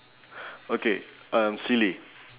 okay um silly